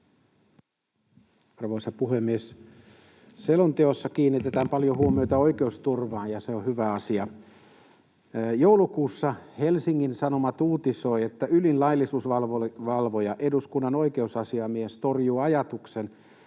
Arvoisa puhemies! Selonteossa kiinnitetään paljon huomiota oikeusturvaan, ja se on hyvä asia. Joulukuussa Helsingin Sanomat uutisoi, että ylin laillisuusvalvoja, eduskunnan oikeusasiamies, torjuu ajatuksen,